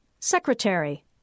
Secretary